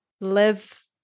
live